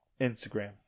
Instagram